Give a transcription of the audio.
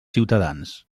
ciutadans